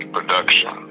Production